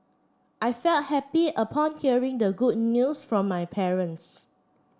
I felt happy upon hearing the good news from my parents